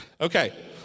Okay